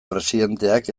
presidenteak